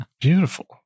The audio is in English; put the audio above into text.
Beautiful